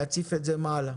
להציף את זה למעלה.